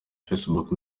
facebook